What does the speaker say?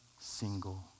single